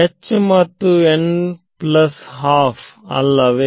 H ಮತ್ತು n½ ಅಲ್ಲವೇ